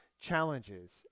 challenges